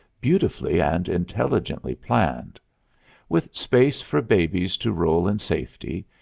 beautifully and intelligently planned with space for babies to roll in safety,